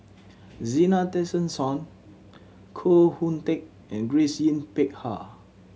Zena Tessensohn Koh Hoon Teck and Grace Yin Peck Ha